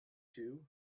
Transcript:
two